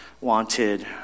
wanted